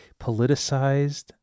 politicized